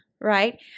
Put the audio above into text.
right